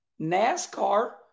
NASCAR